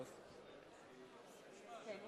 (קוראת בשמות חברי הכנסת) יעקב אדרי,